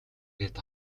ирээд